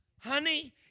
Honey